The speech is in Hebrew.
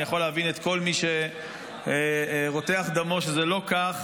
אני יכול להבין את כל מי שרותח דמו שזה לא כך,